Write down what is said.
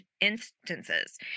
instances